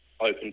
open